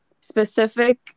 specific